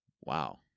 Wow